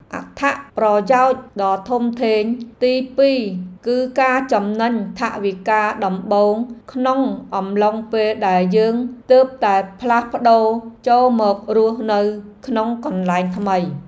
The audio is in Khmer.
អត្ថប្រយោជន៍ដ៏ធំធេងទីពីរគឺការចំណេញថវិកាដំបូងក្នុងអំឡុងពេលដែលយើងទើបតែផ្លាស់ប្ដូរចូលមករស់នៅក្នុងកន្លែងថ្មី។